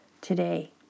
Today